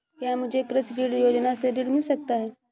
क्या मुझे कृषि ऋण योजना से ऋण मिल सकता है?